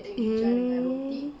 mm